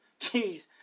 Jeez